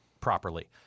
properly